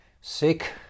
sick